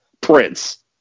Prince